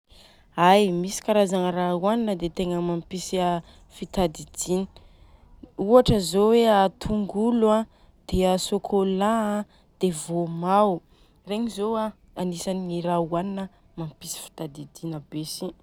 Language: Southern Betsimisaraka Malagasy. Ai misy karazagna raha ohanina dia tegna mampisy fitadidina, ohatra zô hoe tongolo a, dia a sôkôla an, dia vômao, regny zô agnisany raha ohaniny mampisy fitadidina be si.